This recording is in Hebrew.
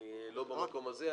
אני לא במקום הזה,